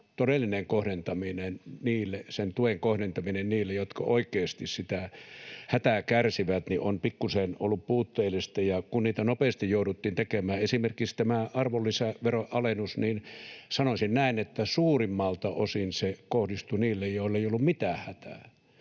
todeta, että kyllä tämä tuen todellinen kohdentaminen niille, jotka oikeasti sitä hätää kärsivät, on pikkuisen ollut puutteellista, kun niitä nopeasti jouduttiin tekemään. Esimerkiksi tämä arvonlisäveron alennus: sanoisin näin, että suurimmalta osin se kohdistui niille, joilla ei ollut mitään hätää.